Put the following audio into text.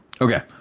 Okay